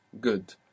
Good